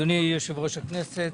אדוני יושב-ראש הכנסת,